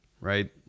right